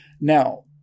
Now